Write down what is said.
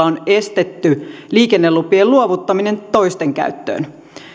on estetty liikennelupien luovuttaminen toisten käyttöön